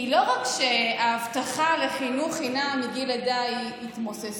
כי לא רק שההבטחה לחינוך חינם מגיל לידה התמוססה,